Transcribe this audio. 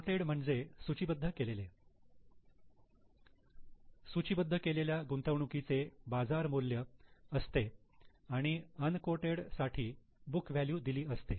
कॉटेड म्हणजे सूची बद्ध केलेले सूची बद्ध केलेल्या गुंतवणूकीचे बाजार मूल्य असते आणि अनकॉटेड साठी बुक व्हॅल्यू दिली असते